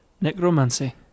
necromancy